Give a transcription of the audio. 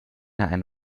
ein